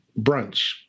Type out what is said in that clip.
brunch